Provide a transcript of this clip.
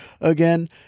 again